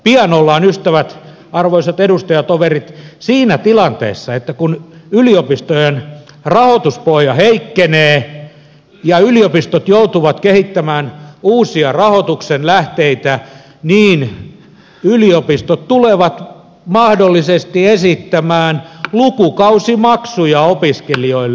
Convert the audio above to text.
pian ollaan ystävät arvoisat edustajatoverit siinä tilanteessa että kun yliopistojen rahoituspohja heikkenee ja yliopistot joutuvat kehittämään uusia rahoituksen lähteitä niin yliopistot tulevat mahdollisesti esittämään lukukausimaksuja opiskelijoille